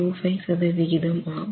25 சதவிகிதம் ஆகும்